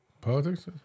Politics